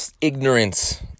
ignorance